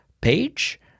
page